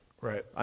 Right